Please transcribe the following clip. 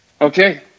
okay